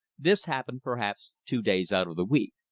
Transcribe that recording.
this happened perhaps two days out of the week.